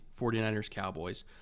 49ers-Cowboys